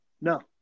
no